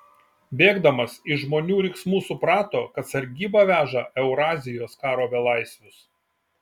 bėgdamas iš žmonių riksmų suprato kad sargyba veža eurazijos karo belaisvius